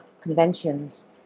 conventions